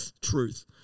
Truth